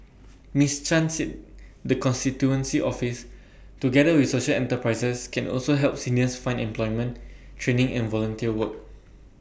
miss chan said the constituency office together with social enterprises can also help seniors find employment training and volunteer work